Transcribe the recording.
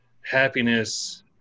happiness